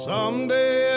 Someday